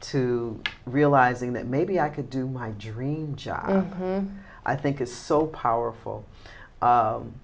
to realizing that maybe i could do my dream job and i think is so powerful